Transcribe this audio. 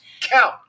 Count